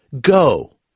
Go